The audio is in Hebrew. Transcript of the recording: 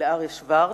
לאריה שוורץ,